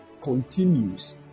continues